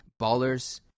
Ballers